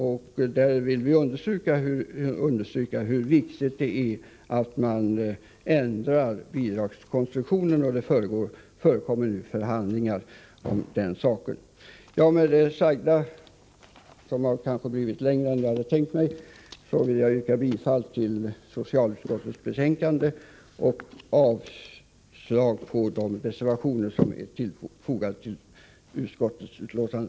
Vi vill understryka hur viktigt det är att man ändrar bidragskonstruktionen, och det pågår nu förhandlingar om den saken. Med det sagda, som kanske blivit längre än jag hade tänkt mig, vill jag yrka bifall till hemställan i socialutskottets betänkande och avslag på de reservationer som är fogade till detta betänkande.